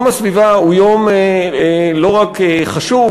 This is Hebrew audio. יום הסביבה הוא לא רק יום חשוב,